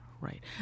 right